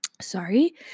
sorry